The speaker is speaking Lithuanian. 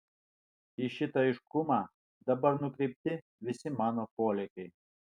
į šitą aiškumą dabar nukreipti visi mano polėkiai